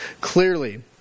Clearly